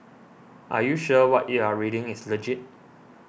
are you sure what you're reading is legit